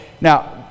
Now